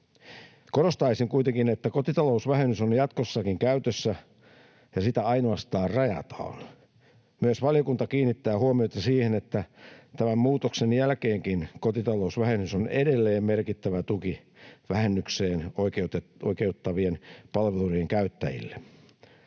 Korostaisin kuitenkin, että kotitalousvähennys on jatkossakin käytössä ja sitä ainoastaan rajataan. Myös valiokunta kiinnittää huomiota siihen, että tämän muutoksen jälkeenkin kotitalousvähennys on edelleen merkittävä tuki vähennykseen oikeuttavien palveluiden käyttäjille.